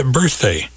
birthday